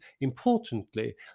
importantly